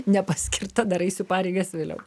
nepaskirta dar eisiu pareigas vėliau